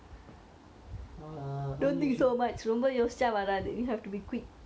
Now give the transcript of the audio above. err unusual